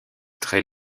très